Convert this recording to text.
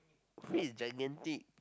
feet is gigantic